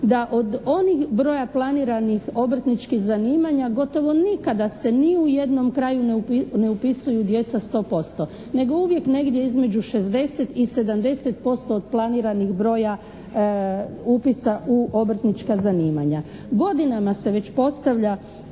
da od onih, broja planiranih obrtničkih zanimanja gotovo nikada se ni u jednom kraju ne upisuju djeca 100%. Nego uvijek negdje između 60 i 70% od planiranih broja upisa u obrtnička zanimanja. Godinama se već postavlja